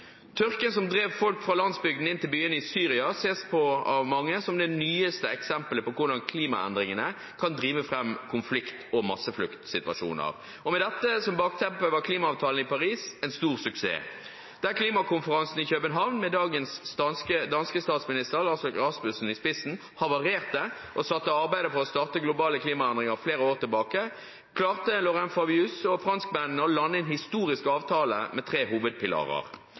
Tørken som drev folk fra landsbygda og inn til byene i Syria, ses på av mange som det nyeste eksemplet på hvordan klimaendringene kan drive fram konflikt- og massefluktsituasjoner, og med dette som bakteppe var klimaavtalen i Paris en stor suksess. Da klimakonferansen i København, med dagens danske statsminister, Lars Løkke Rasmussen, i spissen, havarerte og satte arbeidet for å starte globale klimaendringer flere år tilbake, klarte Laurent Fabius og franskmennene å lande en historisk avtale med tre hovedpilarer.